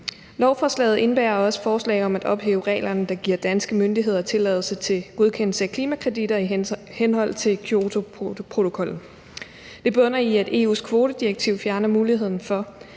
Lovforslaget indebærer også forslag om at ophæve reglerne, der giver danske myndigheder tilladelse til godkendelse af klimakreditter i henhold til Kyotoprotokollen. Det bunder i, at EU's kvotedirektiv fjerner muligheden for,